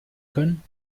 können